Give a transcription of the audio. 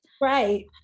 right